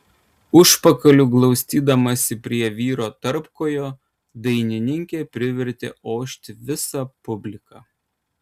užpakaliu glaustydamasi prie vyro tarpkojo dainininkė privertė ošti visą publiką